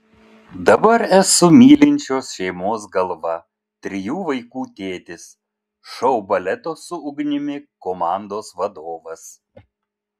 dabar esu mylinčios šeimos galva trijų vaikų tėtis šou baleto su ugnimi komandos vadovas